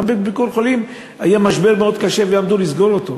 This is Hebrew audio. גם ב"ביקור חולים" היה משבר מאוד קשה ועמדו לסגור אותו.